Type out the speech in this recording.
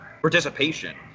participation